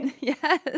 Yes